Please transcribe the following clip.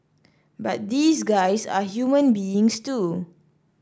but these guys are human beings too